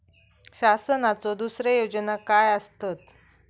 शासनाचो दुसरे योजना काय आसतत?